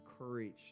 encouraged